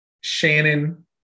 shannon